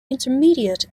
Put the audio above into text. intermediate